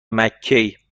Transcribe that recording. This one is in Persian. مککی